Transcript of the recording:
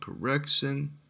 correction